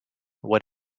what